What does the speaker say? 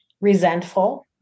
resentful